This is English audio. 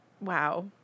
Wow